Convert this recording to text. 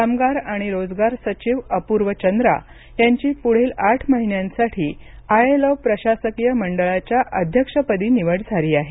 कामगार आणि रोजगार सचिव अपूर्व चंद्रा यांची पुढील आठ महिन्यांसाठी आयएलओ प्रशासकीय मंडळाच्या अध्यक्षपदी निवड झाली आहे